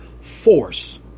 force